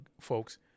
folks